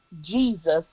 Jesus